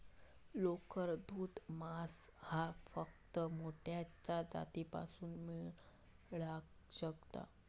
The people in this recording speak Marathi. लोकर, दूध, मांस ह्या फक्त मेंढ्यांच्या जातीपासना मेळाक शकता